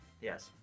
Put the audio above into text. yes